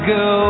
go